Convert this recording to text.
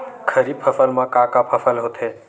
खरीफ फसल मा का का फसल होथे?